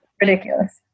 Ridiculous